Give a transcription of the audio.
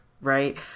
right